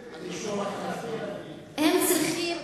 סליחה, איפה הם יגורו?